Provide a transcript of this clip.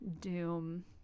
doom